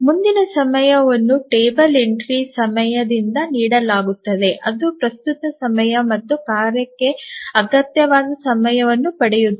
ಮುಂದಿನ ಸಮಯವನ್ನು table entry ಸಮಯದಿಂದ ನೀಡಲಾಗುತ್ತದೆ ಅದು ಪ್ರಸ್ತುತ ಸಮಯ ಮತ್ತು ಕಾರ್ಯಕ್ಕೆ ಅಗತ್ಯವಾದ ಸಮಯವನ್ನು ಪಡೆಯುತ್ತದೆ